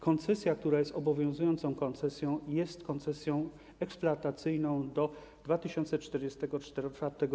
Koncesja, która jest obowiązującą koncesją, jest koncesją eksploatacyjną do 2044 r.